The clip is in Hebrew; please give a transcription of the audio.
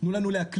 תנו לנו להקליט,